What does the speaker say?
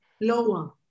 lower